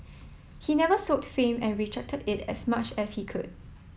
he never sought fame and rejected it as much as he could